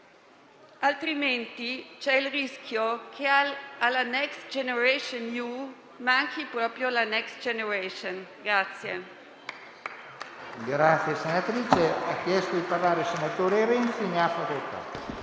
altrimenti c'è il rischio che al Next generation EU manchi proprio la *next generation*.